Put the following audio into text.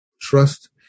Trust